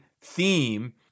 theme